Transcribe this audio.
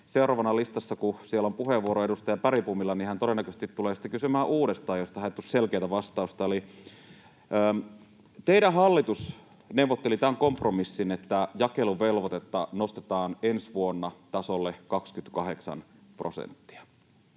seuraavana listassa on puheenvuoro edustaja Bergbomilla, niin hän tulee todennäköisesti sitten kysymään uudestaan — jos tähän ei tule selkeää vastausta. Kun teidän hallituksenne neuvotteli tämän kompromissin, että jakeluvelvoitetta nostetaan ensi vuonna tasolle 28 prosenttia,